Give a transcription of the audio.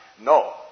No